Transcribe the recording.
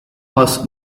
was